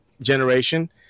generation